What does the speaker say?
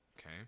Okay